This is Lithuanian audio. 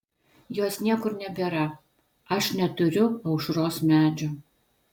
jos niekur nebėra aš neturiu aušros medžio